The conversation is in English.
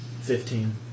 Fifteen